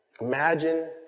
Imagine